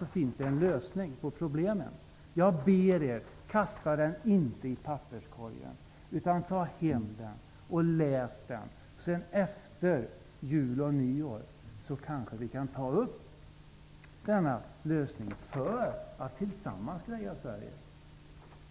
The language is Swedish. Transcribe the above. Där föreslås en lösning på problemen. Jag ber er: Kasta den inte i papperskorgen, utan ta hem den och läs den. Efter jul och nyår kanske vi kan ta upp det som där föreslås för att tillsammans rädda Sverige.